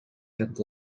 and